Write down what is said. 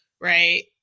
right